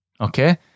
Okay